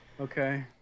Okay